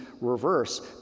reverse